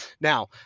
Now